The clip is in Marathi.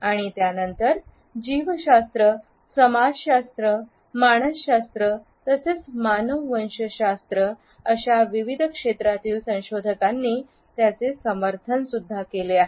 आणि त्यानंतर जीवशास्त्रसमाजशास्त्र मानसशास्त्र तसेच मानववंशशास्त्र अशा विविध क्षेत्रातील संशोधकांनी त्यांचे समर्थन केले आहे